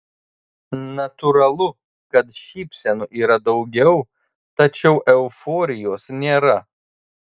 natūralu kad šypsenų yra daugiau tačiau euforijos nėra